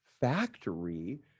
factory